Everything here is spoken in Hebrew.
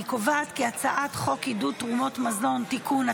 אני קובעת כי הצעת חוק עידוד תרומות מזון (תיקון),